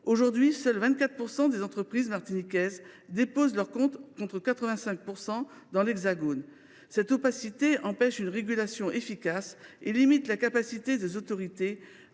Aujourd’hui, 24 % des entreprises martiniquaises seulement déposent leurs comptes, contre 85 % dans l’Hexagone. Cette opacité empêche une régulation efficace et limite la capacité des autorités